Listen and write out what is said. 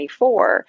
24